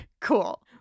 Cool